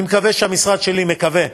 אני מקווה שהמשרד שלי, מקווה,